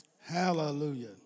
Hallelujah